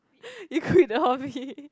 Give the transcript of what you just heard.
you quit the